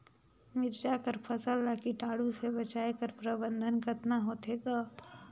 मिरचा कर फसल ला कीटाणु से बचाय कर प्रबंधन कतना होथे ग?